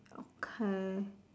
okay